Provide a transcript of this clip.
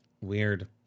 Weird